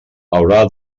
haurà